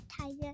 Tiger